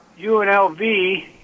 UNLV